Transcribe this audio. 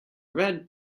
red